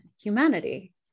humanity